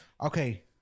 Okay